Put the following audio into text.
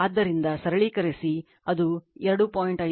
ಆದ್ದರಿಂದ ಸರಳೀಕರಿಸಿ ಅದು 2